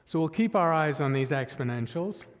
so we'll keep our eyes on these exponentials.